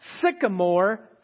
sycamore